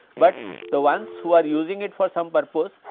but the ones who are using it for some purpose,